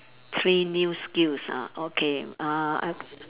three new skills ah okay uh I